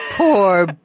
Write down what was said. Poor